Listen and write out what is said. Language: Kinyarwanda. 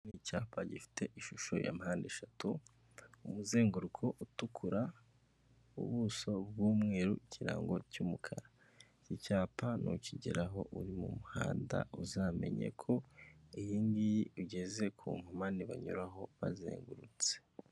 Icyapa gifite ishusho ya mpandeshatu umuzenguruko utukura ubuso bw'umweru ikirango cy'umukara, iki cyapa nukigeraho uri mu muhanda uzamenye ko iyi ngiyi ugeze ku nkomanani banyuraho bazengurutse.